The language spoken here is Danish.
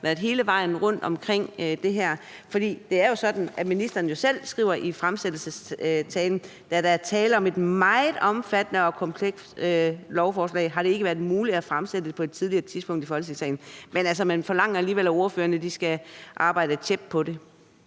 været hele vejen rundt om det her? For det er jo sådan, at ministeren selv skriver i fremsættelsestalen: Da der er tale om et meget omfattende og komplekst lovforslag, har det ikke været muligt at fremsætte det på et tidligere tidspunkt i Folketingssalen. Men man forlanger alligevel, at ordførerne skal arbejde tjept på det.